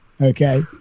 Okay